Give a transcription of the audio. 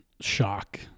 shock